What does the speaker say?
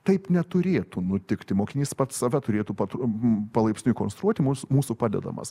taip neturėtų nutikti mokinys pats save turėtų patai m palaipsniui konstruoti mūs mūsų padedamas